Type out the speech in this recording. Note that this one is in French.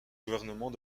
gouvernement